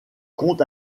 compte